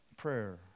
Prayer